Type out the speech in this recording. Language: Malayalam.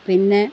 പിന്നെ